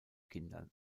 kindern